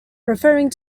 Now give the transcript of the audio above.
preferring